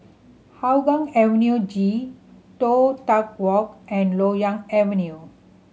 Hougang Avenue G Toh Tuck Walk and Loyang Avenue